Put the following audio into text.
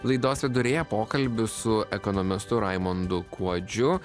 laidos viduryje pokalbiu su ekonomisto raimundu kuodžiu